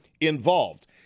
involved